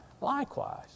Likewise